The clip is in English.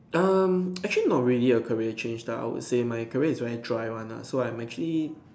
um actually not really a career change lah I would say my career is very dry one nah so I'm actually